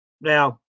Now